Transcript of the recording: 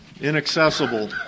inaccessible